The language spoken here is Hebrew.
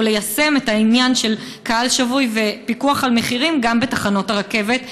ליישם את העניין של קהל שבוי ופיקוח על מחירים גם בתחנות הרכבת?